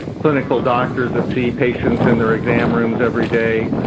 clinical doctors that see patients in their exam rooms every day,